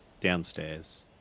Downstairs